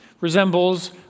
resembles